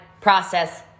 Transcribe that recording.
process